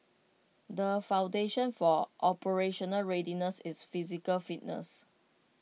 the foundation for operational readiness is physical fitness